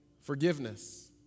Forgiveness